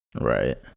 Right